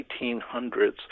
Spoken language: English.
1800s